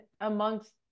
amongst